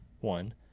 one